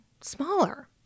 smaller